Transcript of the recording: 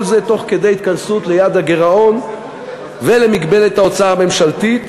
וכל זה תוך כדי התכנסות ליעד הגירעון ולמגבלת ההוצאה הממשלתית,